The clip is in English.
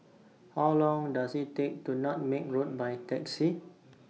How Long Does IT Take to get to Nutmeg Road By Taxi